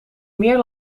meer